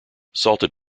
salted